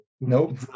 Nope